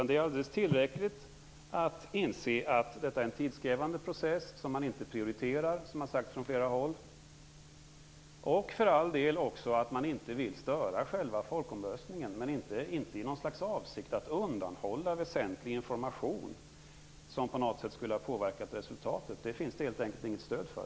Det är alldeles tillräckligt för att inse att detta är en tidskrävande process som man inte prioriterar, som det har sagts från flera håll, och att man för all del inte vill störa själva folkomröstningen, men inte i avsikt att undanhålla väsentlig information som skulle ha kunnat påverka resultatet. Det finns det helt enkelt inget stöd för.